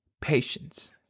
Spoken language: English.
patience